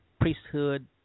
priesthood